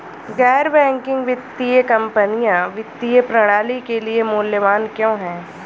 गैर बैंकिंग वित्तीय कंपनियाँ वित्तीय प्रणाली के लिए मूल्यवान क्यों हैं?